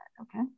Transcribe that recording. okay